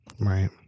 Right